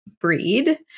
breed